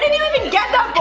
even get that